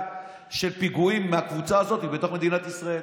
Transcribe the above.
של פיגועים מהקבוצה הזאת בתוך במדינת ישראל.